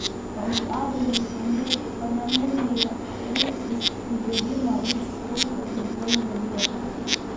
penktadienį kauniečiai panemunėje rinksis į bėgimą už sveiką ir blaivią lietuvą